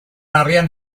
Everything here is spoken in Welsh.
arian